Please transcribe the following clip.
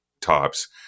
tops